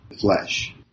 flesh